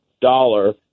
dollar